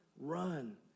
Run